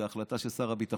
זה החלטה של שר הביטחון.